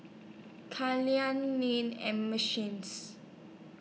and machines